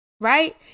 right